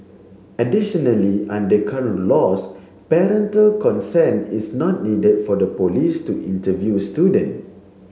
additionally under current laws parental consent is not needed for the police to interview a student